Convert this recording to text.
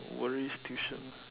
worries tuition